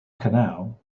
canal